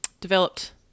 developed